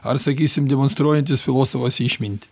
ar sakysim demonstruojantis filosofas išmintį